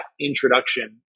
introduction